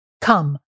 Come